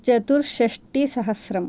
चतुश्शष्टिसहस्रं